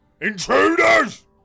Intruders